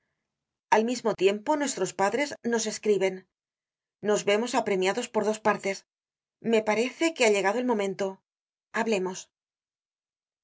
al mismo tiempo nuestros padres nos escriben nos vemos apremiados por dos partes me parece que ha llegado el momento hablemos